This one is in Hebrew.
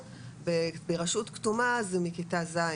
--- וברשות כתומה זה מכיתה ז'.